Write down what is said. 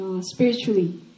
spiritually